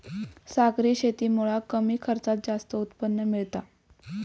सागरी शेतीमुळा कमी खर्चात जास्त उत्पन्न मिळता